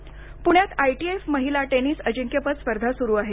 tennis पुण्यात ITF महिला tennis अजिंक्यपद स्पर्धे सुरू आहेत